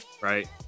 right